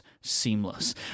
seamless